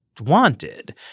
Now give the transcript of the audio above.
wanted